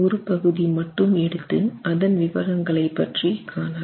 ஒரு பகுதி மட்டும் எடுத்து அதன் விவரங்களைப் பற்றி காணலாம்